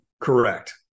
Correct